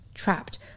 trapped